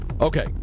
Okay